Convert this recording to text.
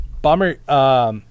Bomber